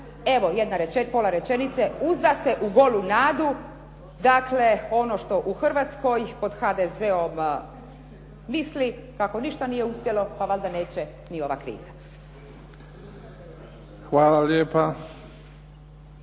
Evo pola rečenice, uzdat se u golu nadu, dakle ono što u Hrvatskoj pod HDZ-om misli, kako nije ništa uspjelo, pa valjda neće ni ova kriza. **Bebić,